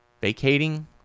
vacating